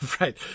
Right